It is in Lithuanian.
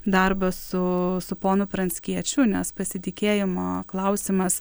darbą su su ponu pranckiečiu nes pasitikėjimo klausimas